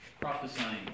prophesying